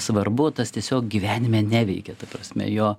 svarbu tas tiesiog gyvenime neveikia ta prasme jo